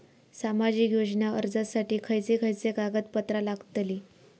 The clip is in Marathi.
सामाजिक योजना अर्जासाठी खयचे खयचे कागदपत्रा लागतली?